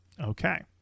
okay